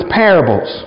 parables